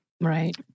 Right